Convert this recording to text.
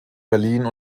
berlin